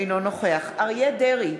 אינו נוכח אריה דרעי,